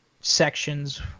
sections